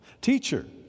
Teacher